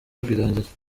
rwirangira